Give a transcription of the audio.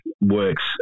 works